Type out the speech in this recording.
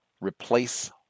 Replace